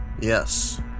Yes